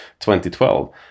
2012